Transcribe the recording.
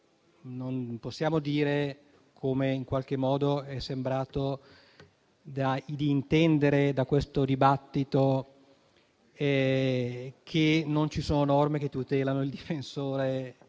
Non possiamo dire, come è sembrato di intendere da questo dibattito, che non ci sono norme che tutelano il difensore